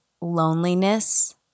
loneliness